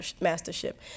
mastership